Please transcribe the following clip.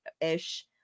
ish